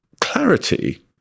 clarity